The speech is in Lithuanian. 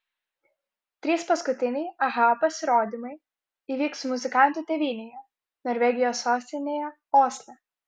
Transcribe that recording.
trys paskutiniai aha pasirodymai įvyks muzikantų tėvynėje norvegijos sostinėje osle